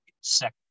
second